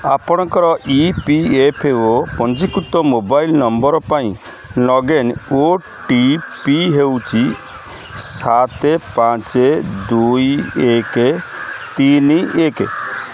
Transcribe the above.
ଆପଣଙ୍କର E P F O ପଞ୍ଜୀକୃତ mobile number ପାଇଁ ଲଗଇନ୍ ଓ ଟି ପି ହେଉଛି ସାତ ପାଞ୍ଚ ଦୁଇ ଏକ ତିନି ଏକ